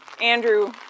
Andrew